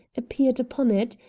appeared upon it,